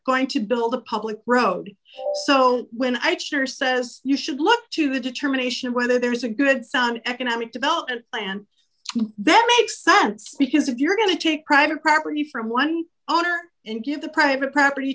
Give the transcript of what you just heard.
going to build a public road so when i church says you should look to the determination of whether there is a good sound economic development plan that makes sense because if you're going to take private property from one owner and give the private property